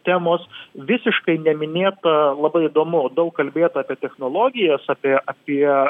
temos visiškai neminėta labai įdomu daug kalbėta apie technologijos apie apie